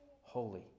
holy